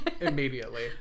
immediately